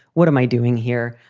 what am i doing here?